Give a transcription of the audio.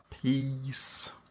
Peace